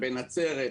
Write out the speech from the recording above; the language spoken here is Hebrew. בנצרת,